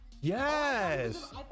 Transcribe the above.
Yes